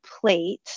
plate